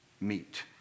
meet